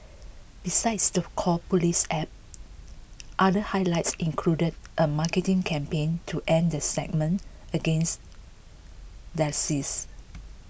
besides the Call Police App other highlights included a marketing campaign to end the stigma against dyslexia